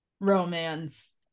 romance